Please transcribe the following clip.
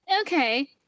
Okay